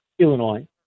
Illinois